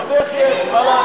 ועוד איך יש, מה לעשות.